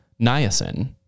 niacin